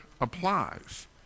applies